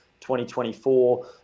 2024